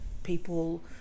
People